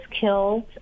killed